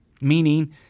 Meaning